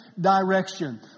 direction